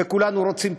וכולנו רוצים תחרות,